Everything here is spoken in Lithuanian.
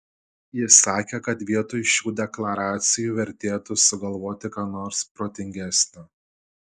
jis sakė kad vietoj šių deklaracijų vertėtų sugalvoti ką nors protingesnio